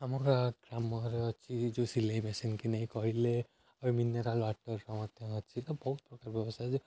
ଆମ ଗାଁ ଗ୍ରାମରେ ଅଛି ଯେଉଁ ସିଲେଇ ମେସିନ କି ନେଇ କହିଲେ ଆଉ ମିନେରାଲ ୱାଟରର ମଧ୍ୟ ଅଛି ତ ବହୁତ ପ୍ରକାର ବ୍ୟବସାୟ